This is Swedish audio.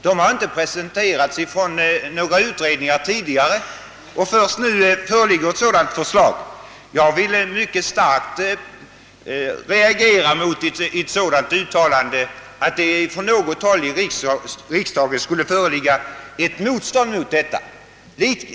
De har inte presenterats av några utredningar tidigare; först nu föreligger ett förslag. Jag vill mycket starkt reagera mot ett sådant uttalande som att det från något håll i riksdagen skulle föreligga ett motstånd mot detta.